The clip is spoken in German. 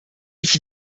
ich